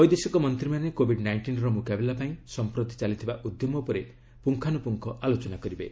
ବୈଦେଶିକ ମନ୍ତ୍ରୀମାନେ କୋବିଡ୍ ନାଇଷ୍ଟିନର ମୁକାବିଲା ପାଇଁ ସଂପ୍ରତି ଚାଲିଥିବା ଉଦ୍ୟମ ଉପରେ ପୁଙ୍ଗାନୁପୁଙ୍ଗ ଆଲୋଚନା କରିବେ